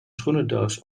schoenendoos